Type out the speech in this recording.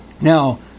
Now